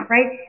Right